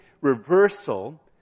reversal